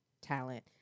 talent